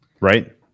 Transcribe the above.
Right